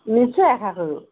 নিশ্চয় আশা কৰোঁ